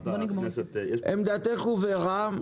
עמדתך הובהרה.